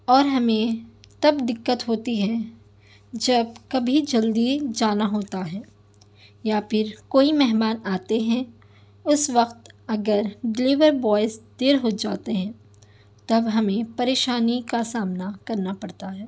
اور ہمیں تب دقت ہوتی ہے جب کبھی جلدی جانا ہوتا ہے یا پھر کوئی مہمان آتے ہیں اس وقت اگر ڈلیور بوائز دیر ہو جاتے ہیں تب ہمیں پریشانی کا سامنا کرنا پڑتا ہے